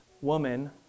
woman